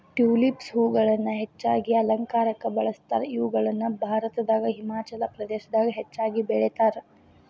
tulips ಹೂಗಳನ್ನ ಹೆಚ್ಚಾಗಿ ಅಲಂಕಾರಕ್ಕ ಬಳಸ್ತಾರ, ಇವುಗಳನ್ನ ಭಾರತದಾಗ ಹಿಮಾಚಲ ಪ್ರದೇಶದಾಗ ಹೆಚ್ಚಾಗಿ ಬೆಳೇತಾರ